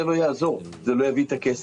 זה לא יעזור, זה לא יביא את הכסף.